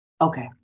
Okay